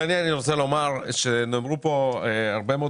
אני רוצה לומר שנאמרו כאן הרבה מאוד